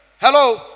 Hello